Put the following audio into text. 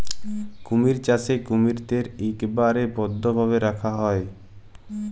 কুমির চাষে কুমিরদ্যার ইকবারে বদ্ধভাবে রাখা হ্যয়